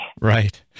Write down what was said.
Right